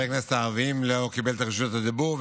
ערבית לא קיבל את רשות הדיבור,